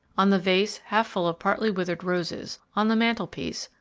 on the vase half full of partly withered roses, on the mantel-piece,